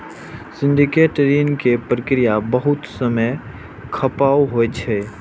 syndicate ऋण के प्रक्रिया बहुत समय खपाऊ होइ छै